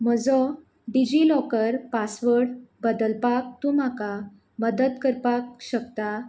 म्हजो DigiLocker password बदलपाक तूं म्हाका मदत करपाक शकता